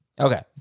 Okay